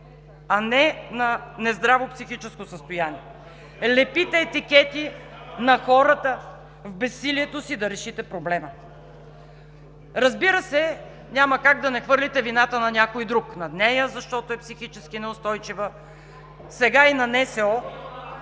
а не на нездраво психическо състояние! Лепите етикети на хората в безсилието си да решите проблема! Разбира се, няма как да не хвърлите вината на някой друг – на нея, защото е психически неустойчива, сега и на НСО.